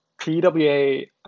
pwa